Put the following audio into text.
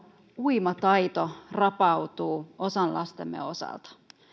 uimataito rapautuu osan lastemme osalta